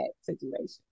situation